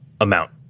amount